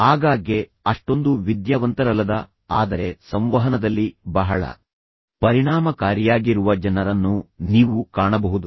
ಆಗಾಗ್ಗೆ ಅಷ್ಟೊಂದು ವಿದ್ಯಾವಂತರಲ್ಲದ ಆದರೆ ಸಂವಹನದಲ್ಲಿ ಬಹಳ ಪರಿಣಾಮಕಾರಿಯಾಗಿರುವ ಜನರನ್ನು ನೀವು ಕಾಣಬಹುದು